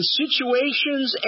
situations